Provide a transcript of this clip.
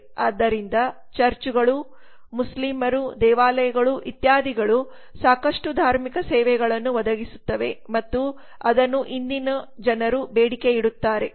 ಆದ್ದರಿಂದ ಚರ್ಚುಗಳು ಮುಸ್ಲಿಮರು ದೇವಾಲಯಗಳು ಇತ್ಯಾದಿಗಳು ಸಾಕಷ್ಟು ಧಾರ್ಮಿಕ ಸೇವೆಗಳನ್ನು ಒದಗಿಸುತ್ತವೆ ಮತ್ತು ಅದನ್ನು ಇಂದಿನ ಜನರು ಬೇಡಿಕೆಯಿಡುತ್ತಾರೆ